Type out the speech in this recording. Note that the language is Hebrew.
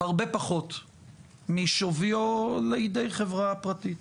הרבה פחות משוויו לידי חברה פרטית,